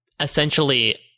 essentially